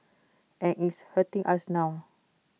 and it's hurting us now